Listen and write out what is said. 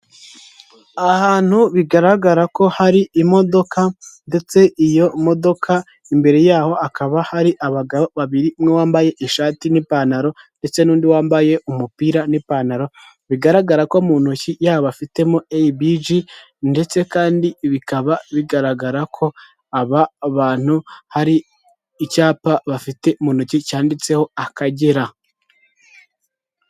Ahantu bigaragara ko hari imodoka; ndetse iyo modoka imbere yaho hakaba hari abagabo babiri, umwe wambaye ishati n'ipantaro ndetse n'undi wambaye umupira n'ipantaro; bigaragara ko mu ntoki yabo afitemo ebiji, ndetse kandi bikaba bigaragara ko aba bantu hari icyapa bafite mu ntoki cyanditseho akagera.